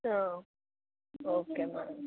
okay madam